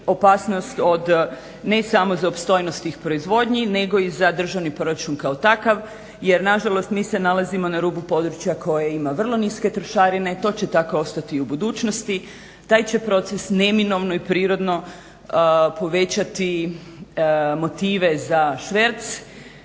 opasnost ne samo za opstojnost tih proizvodnji nego i za državni proračun kao takav jer nažalost mi se nalazimo na rubu područja koje ima vrlo niske trošarine. To će tako ostati i u budućnosti, taj će proces neminovno i prirodno povećati motive za šverc,